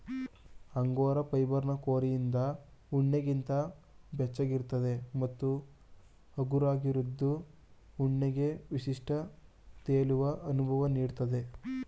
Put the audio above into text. angora ಫೈಬರ್ನ ಕೋರಿಂದ ಉಣ್ಣೆಗಿಂತ ಬೆಚ್ಚಗಿರ್ತದೆ ಮತ್ತು ಹಗುರವಾಗಿದ್ದು ಉಣ್ಣೆಗೆ ವಿಶಿಷ್ಟ ತೇಲುವ ಅನುಭವ ನೀಡ್ತದೆ